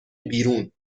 بیرون